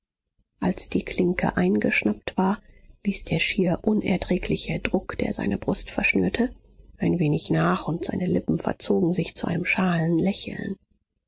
als die klinke eingeschnappt war ließ der schier unerträgliche druck der seine brust verschnürte ein wenig nach und seine lippen verzogen sich zu einem schalen lächeln